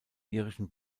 irischen